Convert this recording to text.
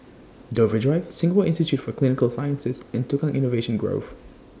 Dover Drive Singapore Institute For Clinical Sciences and Tukang Innovation Grove